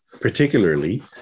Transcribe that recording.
particularly